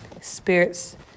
spirits